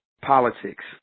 politics